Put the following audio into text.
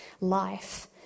life